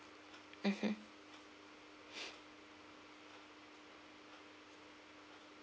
mmhmm